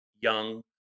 young